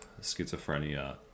schizophrenia